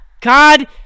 God